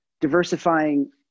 diversifying